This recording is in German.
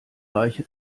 reiche